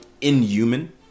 inhuman